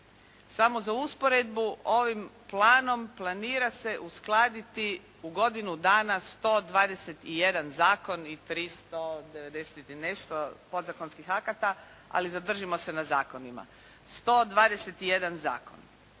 Samo za usporedbu ovim planom planira se uskladiti u godinu dana 121 zakon i 390 i nešto podzakonskih akata, ali zadržimo se na zakonima. 121 zakon.